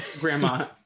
grandma